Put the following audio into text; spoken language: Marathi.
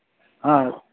हां